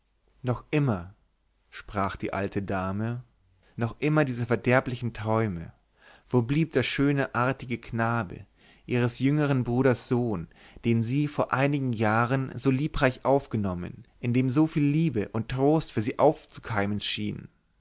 noch immer sprach die alte dame noch immer diese verderblichen träume wo blieb der schöne artige knabe ihres jüngern bruders sohn den sie vor einigen jahren so liebreich aufgenommen in dem so viel liebe und trost für sie aufzukeimen schien